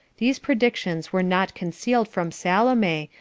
these predictions were not concealed from salome,